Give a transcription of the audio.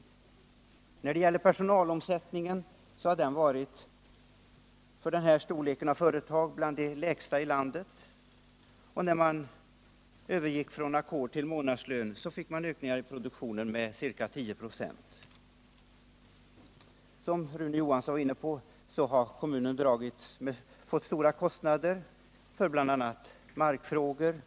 Personalomsättningen har varit bland de lägsta i landet för företag av den här storleken. Då man övergick från ackord till månadslön ökades produktionen med ca 10 96. Som Rune Johansson var inne på har kommunen fått vidkännas stora kostnader för bl.a. markfrågor.